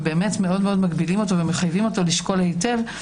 ובאמת מאוד מאוד מגבילות אותו ומחייבות אותו לשקול היטב.